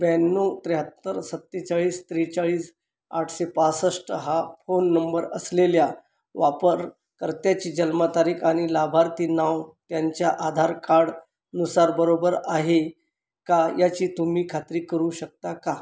ब्याण्णव त्र्याहत्तर सत्तेचाळीस त्रेचाळीस आठशेपासष्ट हा फोन नंबर असलेल्या वापरकर्त्याची जन्मतारीख आणि लाभार्थी नाव त्यांच्या आधार कार्डनुसार बरोबर आहे का याची तुम्ही खात्री करू शकता का